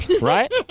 right